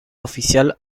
oficial